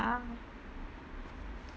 ah